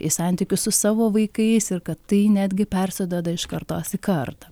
į santykius su savo vaikais ir kad tai netgi persiduoda iš kartos į kartą